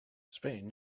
spain